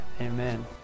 Amen